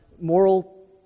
moral